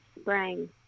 spring